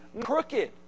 crooked